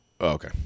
Okay